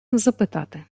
запитати